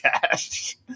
cash